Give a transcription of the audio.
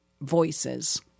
voices